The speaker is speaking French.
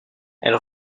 elle